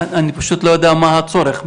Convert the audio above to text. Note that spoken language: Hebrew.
אני פשוט לא יודע מה הצורך.